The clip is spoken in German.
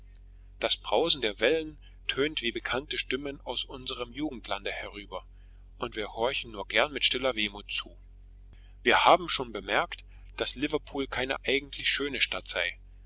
das brausen der wellen tönt wie bekannte stimmen aus unserem jugendlande herüber und wir horchen gern mit stiller wehmut zu wir haben schon bemerkt daß liverpool keine eigentlich schöne stadt sei